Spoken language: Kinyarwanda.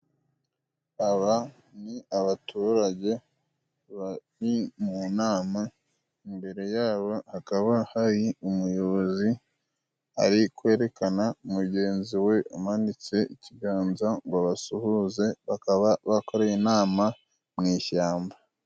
Aba ni abaturage bari mu nama. Imbere yabo hakaba hari umuyobozi ari kwerekana mugenzi we umanitse ikiganza ngo basuhuze. Bakaba bakoreye inama mu ishyamba.